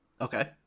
Okay